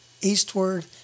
eastward